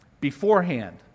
Beforehand